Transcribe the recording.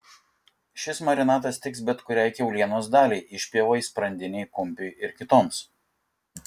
šis marinatas tiks bet kuriai kiaulienos daliai išpjovai sprandinei kumpiui ir kitoms